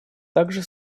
также